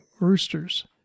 roosters